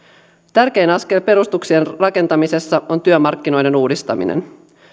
tärkein askel perustuksien rakentamisessa on työmarkkinoiden uudistaminen